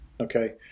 Okay